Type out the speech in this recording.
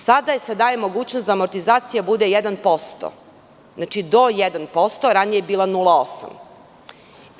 Sada se daje mogućnost da amortizacija bude 1%, znači do 1%, ranije je bila 0,8%